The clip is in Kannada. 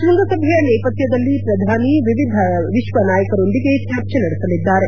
ಶೃಂಗಸಭೆಯ ನೇಪಥ್ಯದಲ್ಲಿ ಪ್ರಧಾನಿ ವಿವಿಧ ವಿಶ್ವ ನಾಯಕರೊಂದಿಗೆ ಚರ್ಚೆ ನಡೆಲಿದ್ದಾರೆ